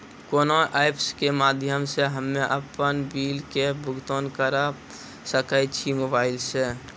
कोना ऐप्स के माध्यम से हम्मे अपन बिल के भुगतान करऽ सके छी मोबाइल से?